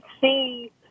see